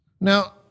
Now